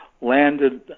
landed